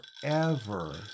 forever